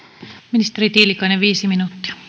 ministeri tiilikainen viisi